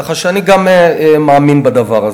כך שאני גם מאמין בדבר.